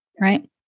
right